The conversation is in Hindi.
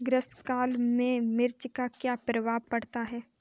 ग्रीष्म काल में मिर्च पर क्या प्रभाव पड़ता है?